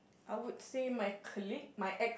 I would say my colleague my ex